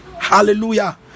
hallelujah